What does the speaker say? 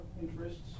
interests